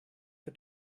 for